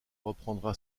reprendra